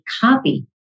copy